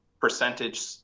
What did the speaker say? percentage